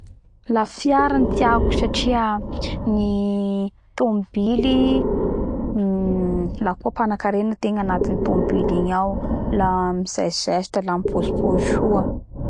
La fiara tiako satria ny tobily la koa panakarena ategna anaty tobily igny ao la migegeste la mipozy pozy soa